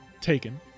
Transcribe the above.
taken